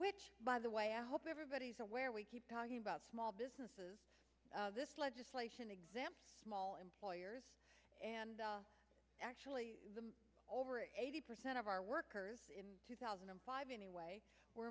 which by the way i hope everybody's aware we keep talking about small businesses this legislation exempt small employers and actually over eighty percent of our workers in two thousand and five anyway were